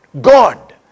god